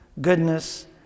goodness